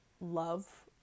love